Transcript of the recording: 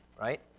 right